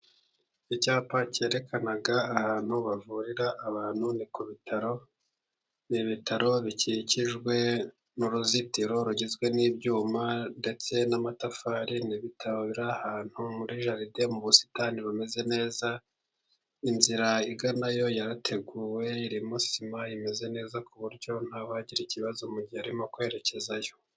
Icyapa cyerekana ahantu bavurira abantu, ni ku bitaro, ni ibitaro bikikijwe n'uruzitiro rugizwe n'ibyuma, ndetse n'amatafari, n'ibitaro biri ahantu muri jaride, mu busitani bumeze neza, inzira iganayo yarateguwe, irimo sima imeze neza ku buryo ntawagira ikibazo, mu gihe arimo kwerekezayo.